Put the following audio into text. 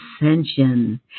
ascension